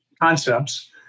concepts